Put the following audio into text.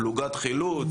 פלוגת חילוץ,